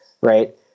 right